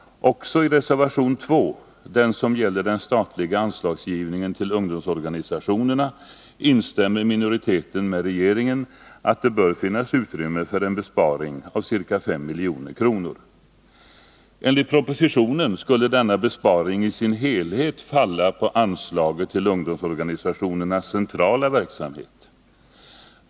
Också i reservation 2, som gäller den statliga anslagsgivningen till ungdomsorganisationerna, instämmer minoriteten med regeringen i att det bör finnas utrymme för en besparing av ca 5 milj.kr. Enligt propositionen skulle denna besparing i sin helhet falla på anslaget till ungdomsorganisationernas centrala verksamhet.